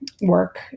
work